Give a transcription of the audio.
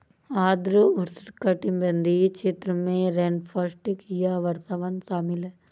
आर्द्र उष्णकटिबंधीय क्षेत्र में रेनफॉरेस्ट या वर्षावन शामिल हैं